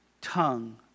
tongue